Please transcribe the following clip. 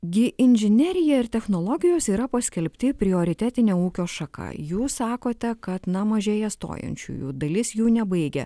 gi inžinerija ir technologijos yra paskelbti prioritetine ūkio šaka jūs sakote kad na mažėja stojančiųjų dalis jų nebaigia